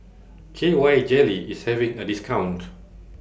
K Y Jelly IS having A discount